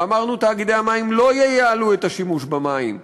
ואמרנו: תאגידי המים לא ייעלו את השימוש במים,